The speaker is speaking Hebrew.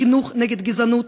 חינוך נגד גזענות,